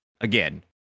again